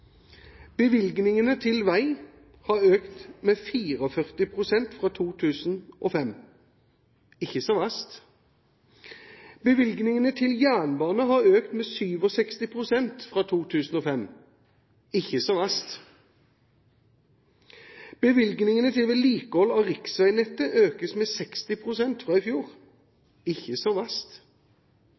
Bevilgningene til vei har økt med 44 pst. fra 2005. Ikke så verst! Bevilgningene til jernbane har økt med 67 pst. fra 2005. Ikke så verst! Bevilgningene til vedlikehold av riksveinettet økes med 60 pst. fra i fjor. Ikke så